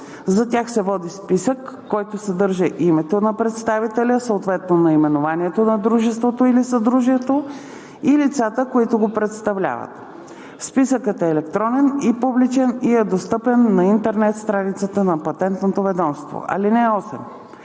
За тях се води списък, който съдържа името на представителя, съответно наименованието на дружеството или съдружието, и лицата, които го представляват. Списъкът е електронен и публичен и е достъпен на интернет страницата на Патентното ведомство.